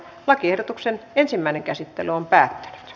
lakiehdotuksen ensimmäinen käsittely päättyi